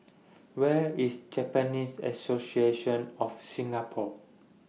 Where IS Japanese Association of Singapore